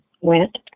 went